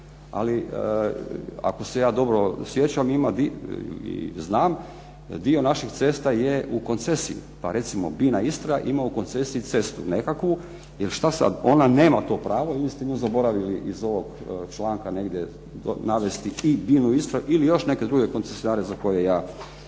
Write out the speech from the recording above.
Ali ako se ja dobro sjećam, dio naših cesta je u koncesiji, pa recimo BINA Istra ima u koncesiji cestu nekakvu, jer šta, ona nema to pravo i uistinu zaboravili iz ovog članka navesti i BINU Istru ili još neke druge koncesionare za koje ja